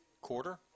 quarter